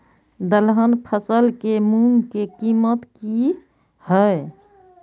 दलहन फसल के मूँग के कीमत की हय?